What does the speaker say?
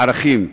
לערכים,